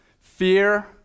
Fear